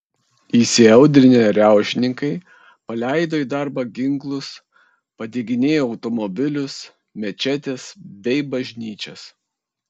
įsiaudrinę riaušininkai paleido į darbą ginklus padeginėjo automobilius mečetes bei bažnyčias